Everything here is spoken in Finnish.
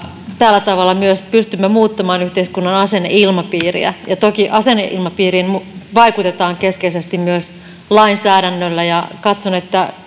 tällä tavalla myös pystymme muuttamaan yhteiskunnan asenneilmapiiriä toki asenneilmapiiriin vaikutetaan keskeisesti myös lainsäädännöllä ja katson että